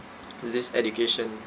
with his education